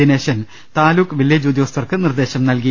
Dineshan taluk village ഉദ്യോഗസ്ഥർക്കു നിർദേശം നൽകി